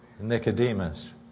Nicodemus